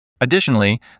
Additionally